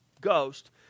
Ghost